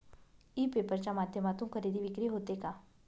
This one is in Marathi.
ई पेपर च्या माध्यमातून खरेदी विक्री होते का?